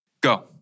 Go